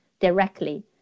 directly